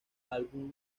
álbumes